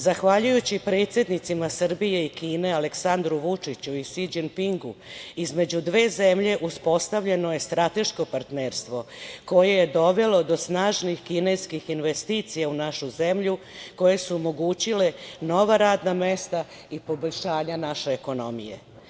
Zahvaljujući predsednicima Srbije i Kine, Aleksandru Vučiću i Si Đinpingu, između dve zemlje uspostavljeno je strateško partnerstvo, koje je dovelo do snažnih kineskih investicija u našu zemlju, koje su omogućile nova radna mesta i poboljšanje naše ekonomije.